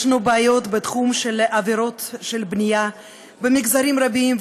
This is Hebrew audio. יש לנו בעיות בתחום של עבירות בנייה במגזרים רבים,